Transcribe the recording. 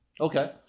Okay